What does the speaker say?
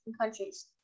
countries